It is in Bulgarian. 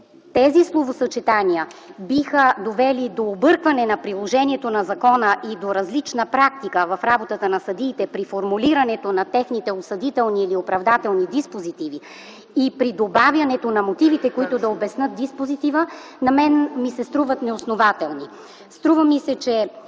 тези словосъчетания биха довели до объркване на приложението на закона и до различна практика в работата на съдиите при формулирането на техните осъдителни или оправдателни диспозитиви и при добавяне на мотивите, които да обяснят диспозитива, на мен ми се струват неоснователни. Струва ми се, че